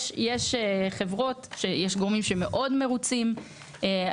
יש גורמים שמאוד מרוצים,